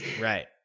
Right